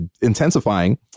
intensifying